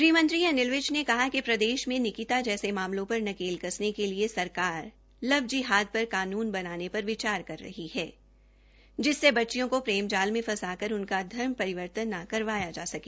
गृह मंत्री श्री अनिल विज ने कहा कि प्रदेश में निकिता जैसे मामलों पर नकेल कसने के लिए सरकार लव जिहाद पर कानून लाने पर विचार कर रही है जिससे बच्चियों को प्रेम जाल में फंसाकर उनका धर्म परिवर्तन न करवाया जा सके